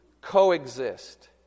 Coexist